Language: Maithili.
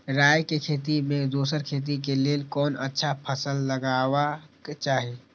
राय के खेती मे दोसर खेती के लेल कोन अच्छा फसल लगवाक चाहिँ?